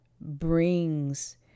brings